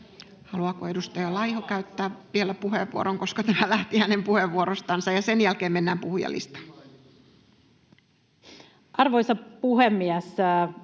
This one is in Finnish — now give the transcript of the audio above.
Haluaako edustaja Laiho käyttää vielä puheenvuoron, koska tämä lähti hänen puheenvuorostaan? Sen jälkeen mennään puhujalistaan. [Ilmari Nurminen: